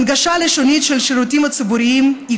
הנגשה לשונית של שירותים ציבוריים היא